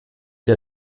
der